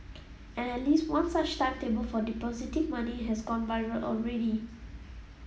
and at least one such timetable for depositing money has gone viral already